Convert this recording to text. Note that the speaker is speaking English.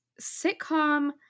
sitcom